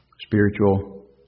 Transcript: spiritual